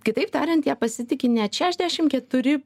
kitaip tariant ja pasitiki net šešiasdešim keturi